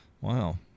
Wow